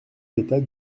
état